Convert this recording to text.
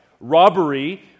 Robbery